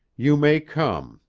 you may come.